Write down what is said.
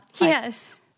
Yes